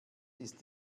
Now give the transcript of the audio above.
ist